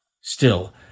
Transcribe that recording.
Still